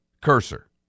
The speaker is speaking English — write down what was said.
cursor